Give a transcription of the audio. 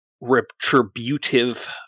retributive